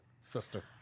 sister